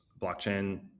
blockchain